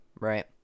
right